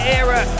era